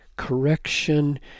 correction